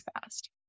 fast